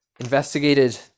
Investigated